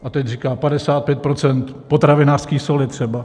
A teď říká: 55 % potravinářské soli třeba.